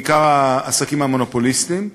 בעיקר העסקים המונופוליסטיים,